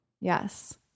Yes